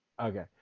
Okay